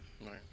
Right